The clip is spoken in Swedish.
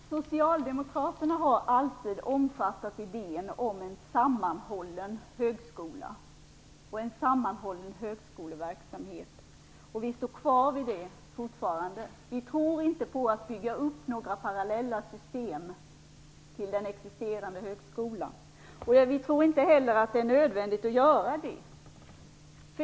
Fru talman! Socialdemokraterna har alltid omfattat idén om en sammanhållen högskola och en sammanhållen högskoleverksamhet. Vi står fortfarande fast vid det. Vi tror inte på att bygga upp några parallella system till den existerande högskolan. Vi tror inte heller att det är nödvändigt att göra det.